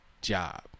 job